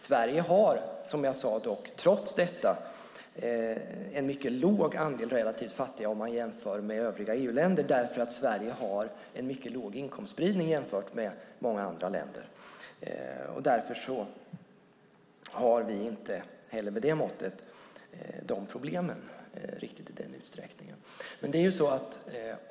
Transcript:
Sverige har dock, som jag sade, trots detta en mycket låg andel relativt fattiga om man jämför med övriga EU-länder, i och med att Sverige har en låg inkomstspridning jämfört med många andra länder. Därför har vi inte heller dessa problem i riktigt den utsträckningen.